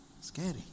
Scary